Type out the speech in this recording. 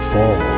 Fall